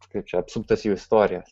kaip čia apsuptas jų istorijas